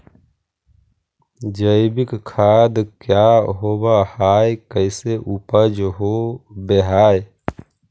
जैविक खाद क्या होब हाय कैसे उपज हो ब्हाय?